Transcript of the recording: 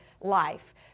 life